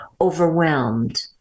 overwhelmed